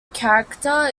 character